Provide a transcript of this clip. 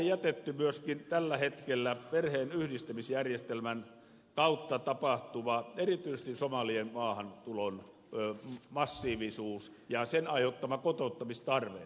meillä on tällä hetkellä liian vähälle huomiolle jätetty myöskin perheenyhdistämisjärjestelmän kautta tapahtuva erityisesti somalien massiivinen maahantulo ja sen aiheuttama kotouttamistarve